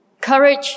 Courage